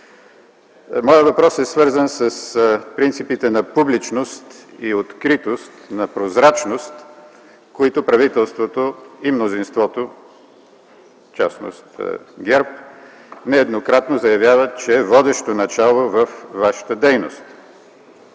Моят въпрос е свързан с принципите на публичност, откритост и на прозрачност, които правителството и мнозинството, в частност ГЕРБ, нееднократно заявява, че е водещо начало във вашата дейност.